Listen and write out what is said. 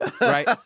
right